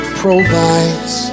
provides